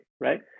right